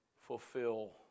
fulfill